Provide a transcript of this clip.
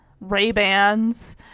Ray-Bans